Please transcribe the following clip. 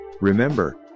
Remember